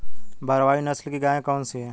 भारवाही नस्ल की गायें कौन सी हैं?